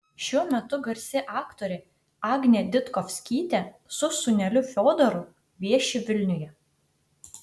šiuo metu garsi aktorė agnė ditkovskytė su sūneliu fiodoru vieši vilniuje